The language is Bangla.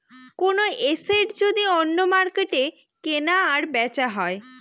কোনো এসেট যদি অন্য মার্কেটে কেনা আর বেচা হয়